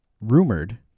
rumored